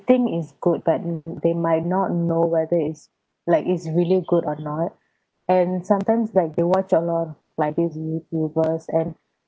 think it's good but they might not know whether it's like it's really good or not and sometimes like they watch a lot of like these youtubers and